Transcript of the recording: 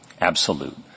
absolute